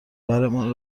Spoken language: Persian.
برمان